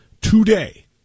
today